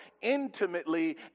intimately